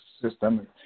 system